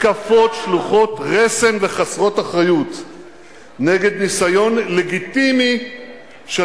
מתקפות חסרות רסן וחסרות אחריות נגד ניסיון לגיטימי של